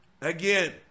Again